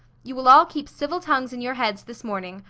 you will all keep civil tongues in your heads this morning,